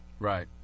Right